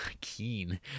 keen